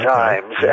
times